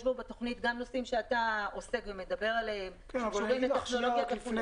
יש בתוכנית גם נושאים שאתה עוסק ומדבר עליהם שקשורים לטכנולוגיות.